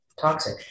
toxic